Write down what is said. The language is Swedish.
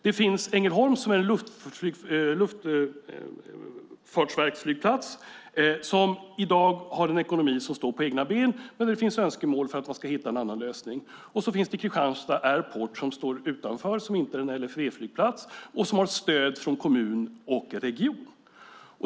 Det finns Ängelholm, som är en luftfartsverksflygplats som i dag har en ekonomi som står på egna ben men där det finns önskemål om att hitta en annan lösning. Det finns Kristianstad Airport, som står utanför och inte är en LFV-flygplats och som har ett stöd från kommun och region.